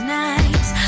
nights